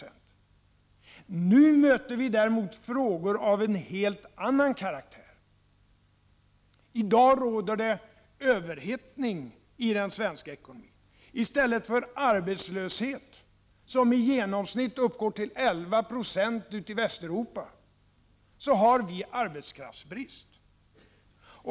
Nu möter vi frågor av en helt annan karaktär. I dag råder det överhettning i den svenska ekonomin. I stället för arbetslöshet, vilken uppgår till i genomsnitt 11 20 i Västeuropa, har vi arbetskraftsbrist.